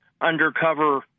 undercover